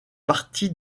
partie